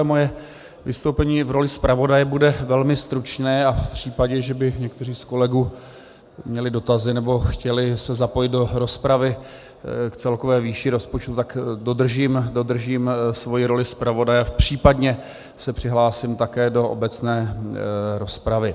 Moje vystoupení v roli zpravodaje bude velmi stručné a v případě, že by někteří z kolegů měli dotazy nebo se chtěli zapojit do rozpravy k celkové výši rozpočtu, tak dodržím svoji roli zpravodaje, případně se přihlásím také do obecné rozpravy.